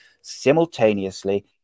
simultaneously